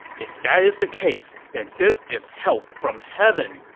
if that is the case, then this is help from heaven!